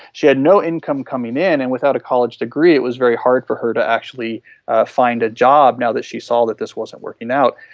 she had no income coming in and without a college degree it was very hard for her to actually find a job now that she saw that this wasn't working out.